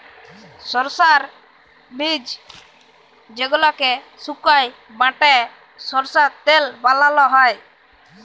সরষার বীজ যেগলাকে সুকাই বাঁটে সরষার তেল বালাল হ্যয়